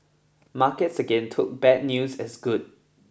markets again took bad news as good